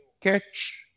catch